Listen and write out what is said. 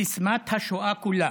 סיסמת השואה כולה.